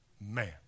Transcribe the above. man